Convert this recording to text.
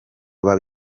baba